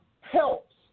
helps